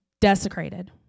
desecrated